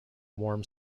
warm